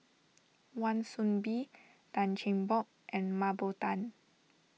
Wan Soon Bee Tan Cheng Bock and Mah Bow Tan